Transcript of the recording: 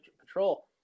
patrol